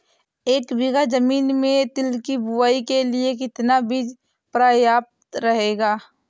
एक बीघा ज़मीन में तिल की बुआई के लिए कितना बीज प्रयाप्त रहेगा?